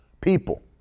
people